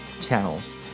channels